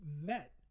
met